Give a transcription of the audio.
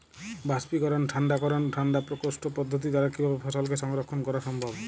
বাষ্পীকরন ঠান্ডা করণ ঠান্ডা প্রকোষ্ঠ পদ্ধতির দ্বারা কিভাবে ফসলকে সংরক্ষণ করা সম্ভব?